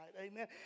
Amen